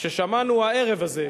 ששמענו הערב הזה,